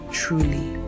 truly